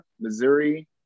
Missouri